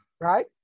right